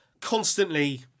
constantly